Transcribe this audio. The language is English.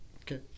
Okay